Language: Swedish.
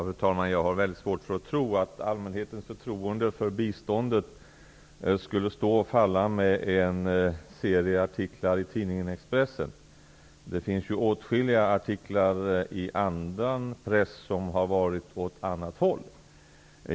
Fru talman! Jag har mycket svårt att tro att allmänhetens förtroende för biståndet skulle stå och falla med en serie artiklar i tidningen Expressen. Det finns åtskilliga artiklar i annan press som har gått i en annan riktning.